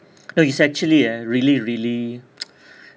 no it's actually eh really really